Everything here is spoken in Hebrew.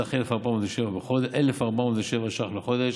בסך 1,407 ש"ח בחודש,